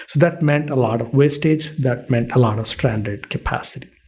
that meant a lot of wastage that meant a lot of standard capacity.